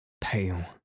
pale